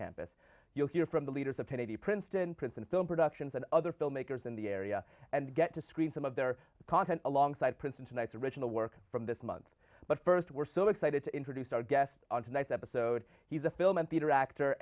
campus you'll hear from the leaders of kennedy princeton princeton film productions and other filmmakers in the area and get to screen some of their content alongside prince in tonight's original work from this month but first we're so excited to introduce our guest on tonight's episode he's a film and theater actor